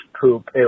poop